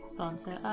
Sponsor